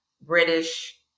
British